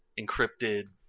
encrypted